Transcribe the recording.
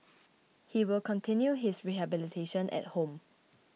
he will continue his rehabilitation at home